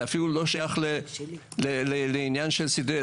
זה לא שייך לעניין של סדרי עדיפויות,